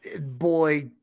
Boy